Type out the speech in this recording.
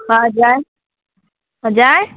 हजुर हजुर